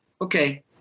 okay